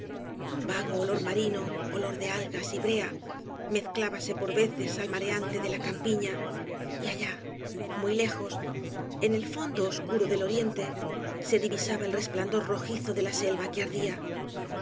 un vago olor marino olor de algas y brea mezclábase por veces al mareante de la campiña y allá muy lejos en el fondo osobras de valle inclan fe curo del oriente se divisaba el resplandor rojizo de la selva que ardía